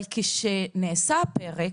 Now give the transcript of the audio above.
אבל כשנעשה הפרק